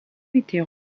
étaient